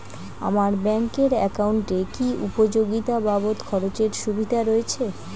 আমার ব্যাংক এর একাউন্টে কি উপযোগিতা বাবদ খরচের সুবিধা রয়েছে?